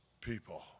people